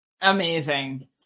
Amazing